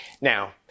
Now